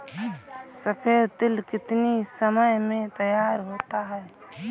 सफेद तिल कितनी समय में तैयार होता जाता है?